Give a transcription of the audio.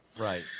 Right